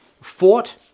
fought